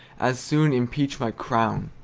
as soon impeach my crown!